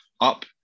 up